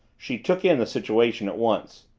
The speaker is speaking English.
she took in the situation at once.